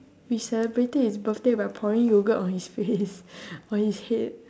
we celebrated his birthday by pouring yoghurt on his face on his head